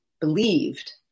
believed